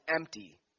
empty